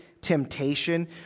temptation